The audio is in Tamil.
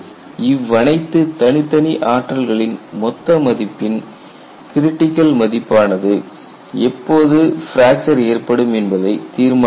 இவ்வனைத்து தனித்தனி ஆற்றல்களின் மொத்த மதிப்பின் கிரிட்டிகள் மதிப்பானது எப்போது பிராக்சர் ஏற்படும் என்பதை தீர்மானிக்கின்றது